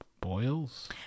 boils